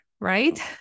right